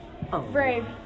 Brave